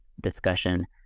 discussion